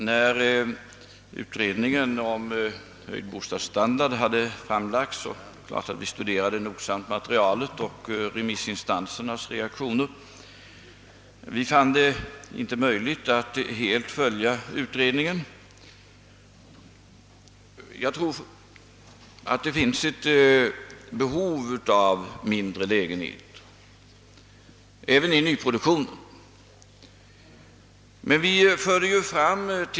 Herr talman! Det är klart att vi från regeringens sida noggrant studerat betänkandet Höjd bostadsstandard och remissinstansernas reaktioner på detta förslag, men vi ansåg det inte möjligt att helt följa utredningens förslag. Jag tror att det finns ett behov av mindre lägenheter även i nyproduktion.